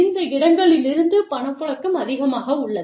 இந்த இடங்களிலிருந்து பணப்புழக்கம் அதிகமாக உள்ளது